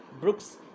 Brooks